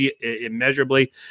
immeasurably